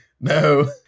No